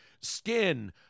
Skin